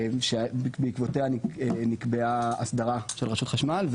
שבעקבותיה נקבעה הסדרה של רשות חשמל,